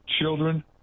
children